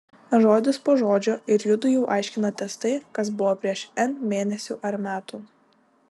žodis po žodžio ir judu jau aiškinatės tai kas buvo prieš n mėnesių ar metų